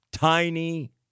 Tiny